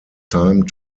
time